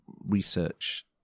research